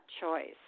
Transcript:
choice